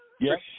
Yes